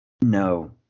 No